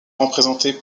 représenté